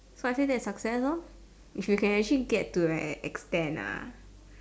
so I say that's success lor if you can actually get to an an extend ah